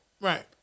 Right